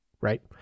right